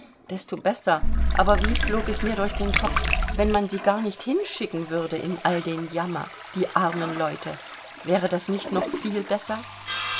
desto besser aber wie flog es mir durch den kopf wenn man sie gar nicht hinschicken würde in all den jammer die armen leute wäre das nicht noch viel besser